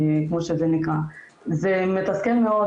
זה מתסכל מאוד,